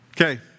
Okay